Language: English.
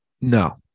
No